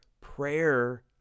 Prayer